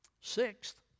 Sixth